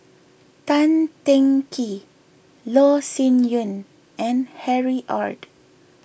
Tan Teng Kee Loh Sin Yun and Harry Ord